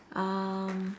um